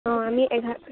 অঁ আমি এঘাৰ